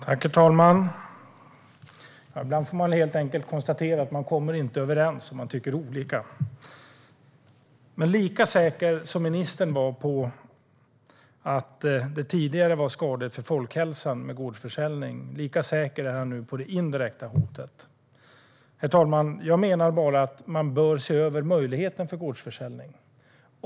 Herr talman! Ibland får man helt enkelt konstatera att man inte kommer överens och att man tycker olika. Men lika säker som ministern var tidigare på att det var skadligt för folkhälsan med gårdsförsäljning, lika säker är han nu på det indirekta hotet. Herr talman! Jag menar bara att man bör se över möjligheterna för gårdsförsäljning.